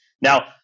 Now